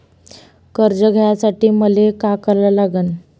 कर्ज घ्यासाठी मले का करा लागन?